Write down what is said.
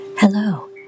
Hello